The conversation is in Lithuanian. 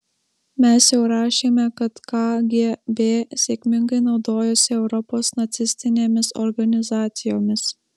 mes jau rašėme kad kgb sėkmingai naudojosi europos nacistinėmis organizacijomis